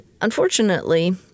unfortunately